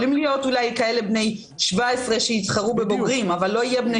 יכולים להיות בני 17 שיתחרו בבוגרים אבל לא בני